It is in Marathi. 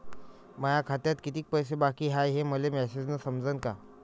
माया खात्यात कितीक पैसे बाकी हाय हे मले मॅसेजन समजनं का?